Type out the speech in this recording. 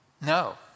No